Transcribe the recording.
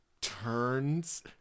turns